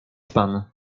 pan